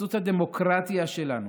בחסות הדמוקרטיה שלנו,